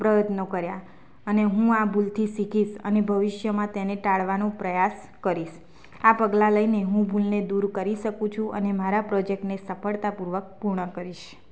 પ્રયત્નો કર્યા અને હું આ ભૂલથી શીખીશ અને ભવિષ્યમાં તેને ટાળવાનું પ્રયાસ કરીશ આ પગલાં લઈને હું ભૂલને દૂર કરી શકું છું મારા પ્રોજેક્ટને સફળતા પૂર્વક પૂર્ણ કરીશ